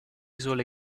sole